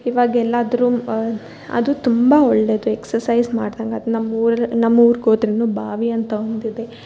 ಇವಾಗೆಲ್ಲಾದರೂ ಅದು ತುಂಬ ಒಳ್ಳೆದು ಎಕ್ಸಸೈಜ್ ಮಾಡ್ದಂಗಾತು ನಮ್ಮ ಊರಲ್ಲಿ ನಮ್ಮ ಊರಿಗೋದ್ರು ಬಾವಿ ಅಂತ ಒಂದಿದೆ